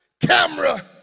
camera